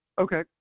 Okay